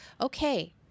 okay